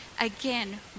Again